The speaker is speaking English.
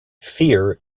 fear